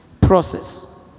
process